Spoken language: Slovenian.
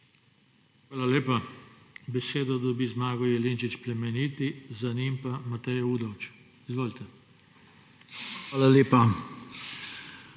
Hvala lepa. Besedo dobi Zmago Jelinčič Plemeniti, za njim pa Mateja Udovč. Izvolite. **ZMAGO